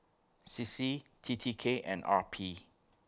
C C T T K and R P